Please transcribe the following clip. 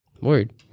Word